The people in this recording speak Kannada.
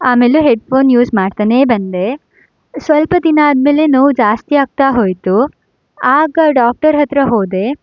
ಆಮೇಲೆ ಹೆಡ್ಫೋನ್ ಯೂಸ್ ಮಾಡ್ತಾನೇ ಬಂದೆ ಸ್ವಲ್ಪ ದಿನ ಆದ ಮೇಲೆ ನೋವು ಜಾಸ್ತಿ ಆಗ್ತಾ ಹೋಯಿತು ಆಗ ಡಾಕ್ಟರ್ ಹತ್ತಿರ ಹೋದೆ